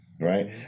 right